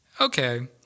Okay